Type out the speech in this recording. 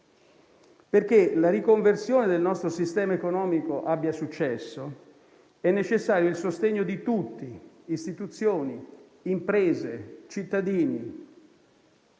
Affinché la riconversione del nostro sistema economico abbia successo, è necessario il sostegno di tutti: Istituzioni, imprese e cittadini.